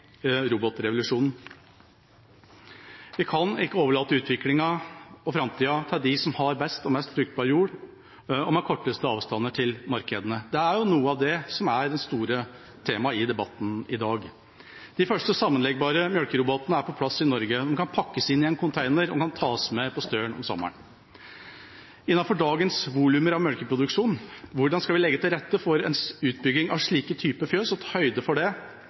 robotrevolusjonen. Vi kan ikke overlate utviklingen og framtida til dem som har best og mest fruktbar jord og med kortest avstand til markedene. Det er jo noe av det som er det store temaet i debatten i dag. De første sammenleggbare melkerobotene er på plass i Norge. De kan pakkes inn i en container og kan tas med på stølen om sommeren. Innenfor dagens volumer av melkeproduksjon, hvordan skal vi legge til rette for en utbygging av slike typer fjøs og ta høyde for det